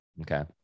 Okay